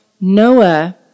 Noah